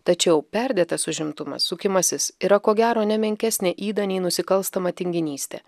tačiau perdėtas užimtumas sukimasis yra ko gero ne menkesnė yda nei nusikalstama tinginystė